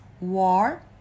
war